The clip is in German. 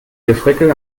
gefrickel